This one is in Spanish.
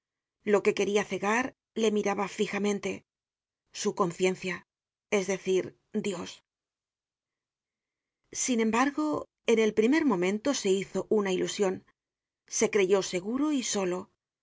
lo que queria cegar le miraba fijamente su conciencia su conciencia es decir dios sin embargo en el primer momento se hizo una ilusion se creyó seguro y solo